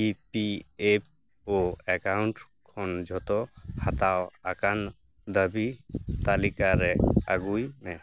E P F O account ᱠᱷᱚᱱ ᱡᱷᱚᱛᱚ ᱦᱟᱛᱟᱣ ᱟᱠᱟᱱ ᱫᱟᱹᱵᱤ ᱛᱟᱹᱞᱤᱠᱟ ᱨᱮ ᱟᱹᱜᱩᱭ ᱢᱮ